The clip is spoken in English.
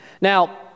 Now